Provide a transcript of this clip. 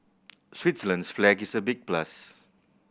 Switzerland's flag is a big plus